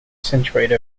centroid